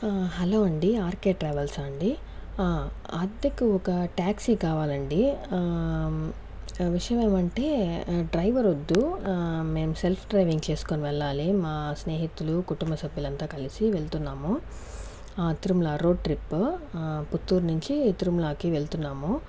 hello అండి RK travels ఆ అండి అద్దెకు ఒక ట్యాక్సీ కావాలండి విషయం ఏమంటే డ్రైవర్ వద్దు మేము సెల్ఫ్ డ్రైవింగ్ చేసుకుని వెళ్లాలి మా స్నేహితులు కుటుంబ సభ్యులు అంతా కలిసి వెళ్తున్నాము తిరుమల రోడ్ ట్రిప్ పుత్తూరు నుంచి తిరుమలకి వెళ్తున్నాము